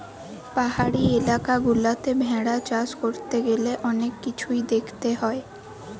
পাহাড়ি এলাকা গুলাতে ভেড়া চাষ করতে গ্যালে অনেক কিছুই দেখতে হয়